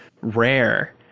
rare